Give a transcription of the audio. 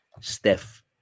Steph